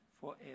forever